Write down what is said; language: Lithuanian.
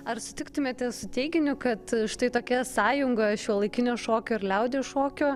ar sutiktumėte su teiginiu kad štai tokia sąjunga šiuolaikinio šokio ir liaudies šokio